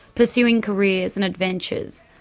pursuing careers and adventures?